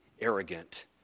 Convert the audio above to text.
arrogant